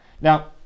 Now